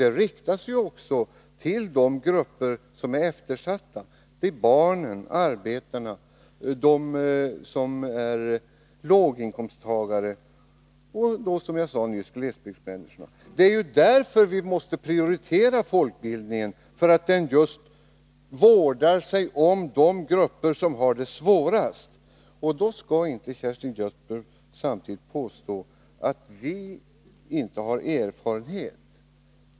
Det riktas också till eftersatta grupper: barnen, arbetarna, låginkomsttagarna och, som jag nyss sade, glesbygdsmänniskorna. Det är därför vi måste prioritera folkbildningen — för att den vårdar sig just om de grupper som har det svårt. Kerstin Göthberg skall inte påstå att vi inte har erfarenhet.